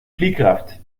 fliehkraft